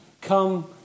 come